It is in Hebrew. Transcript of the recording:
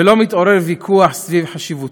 ולא מתעורר ויכוח סביב חשיבותו.